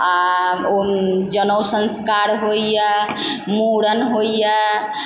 आ ओ जनेउ संस्कार होइ यऽ मुण्डन होइ यऽ